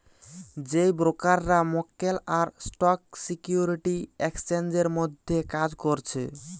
যেই ব্রোকাররা মক্কেল আর স্টক সিকিউরিটি এক্সচেঞ্জের মধ্যে কাজ করছে